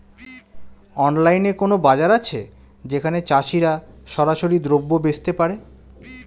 অনলাইনে কোনো বাজার আছে যেখানে চাষিরা সরাসরি দ্রব্য বেচতে পারে?